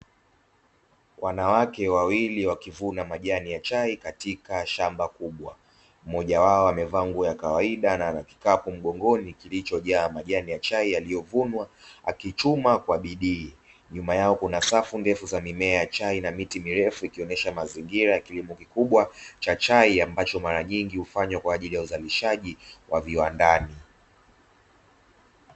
Wanawake wawili wakivuna majani ya chai katika shamba kubwa, moja wao amevaa nguo ya kawaida na ana kikapu mgongoni kilichojaa majani ya chai yaliyovunwa akichuma kwa bidii, nyuma yao kuna safu ndefu za mimea ya chai na miti mirefu ikionyesha mazingira ya kilimo kikubwa cha chai ambacho mara nyingi hufanywa kwa ajili ya uzalishaji wa viwanda.